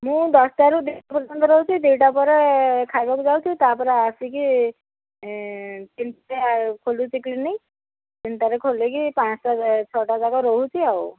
ମୁଁ ଦଶଟାରୁ ଦୁଇଟା ପର୍ଯ୍ୟନ୍ତ ରହୁଚି ଦୁଇଟା ପରେ ଖାଇବାକୁ ଯାଉଛି ତା'ପରେ ଆସିକି ତିନିଟା ଖୋଲୁଛି କ୍ଲିନିକ୍ ତିନିଟାରେ ଖୋଲିକି ପାଞ୍ଚଟା ଛଅଟା ଯାକ ରହୁଛି ଆଉ